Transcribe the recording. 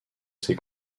ses